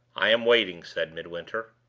i am waiting, said midwinter.